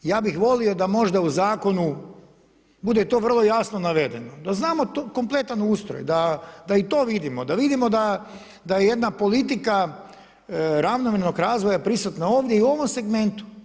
Ja bih volio da možda u Zakonu bude to vrlo jasno navedeno, da znamo kompletan ustroj, da i to vidimo, da vidimo da je jedna politika ravnomjernog razvoja prisutna ovdje i u ovom segmentu.